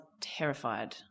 terrified